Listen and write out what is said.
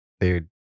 Dude